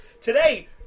Today